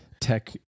tech